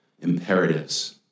Imperatives